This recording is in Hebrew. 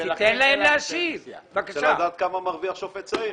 אני רוצה לדעת כמה מרוויח שופט צעיר.